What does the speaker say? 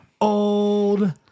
old